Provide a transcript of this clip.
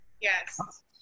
Yes